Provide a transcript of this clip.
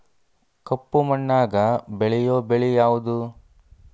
ಕಪ್ಪು ಮಣ್ಣಾಗ ಬೆಳೆಯೋ ಬೆಳಿ ಯಾವುದು?